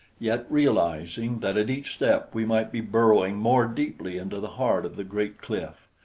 yet realizing that at each step we might be burrowing more deeply into the heart of the great cliff,